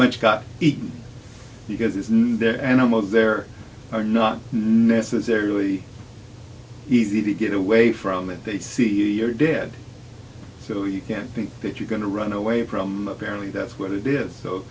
much got eaten because it's new the animal there are not necessarily easy to get away from it they see you you're dead so you can't think that you're going to run away from apparently that's what it is